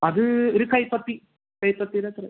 അത് ഒരു കൈപ്പത്തി കൈപ്പത്തിയുടെ അത്രയും